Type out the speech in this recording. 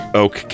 oak